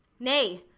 nay,